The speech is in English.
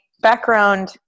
background